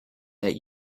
that